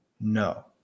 no